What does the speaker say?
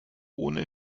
ohne